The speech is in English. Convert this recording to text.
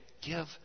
give